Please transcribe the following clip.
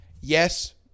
yes